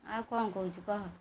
ଆଉ କ'ଣ କହୁଛୁ କହ